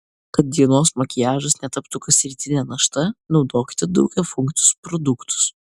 kad dienos makiažas netaptų kasrytine našta naudokite daugiafunkcius produktus